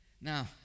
Now